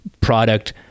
product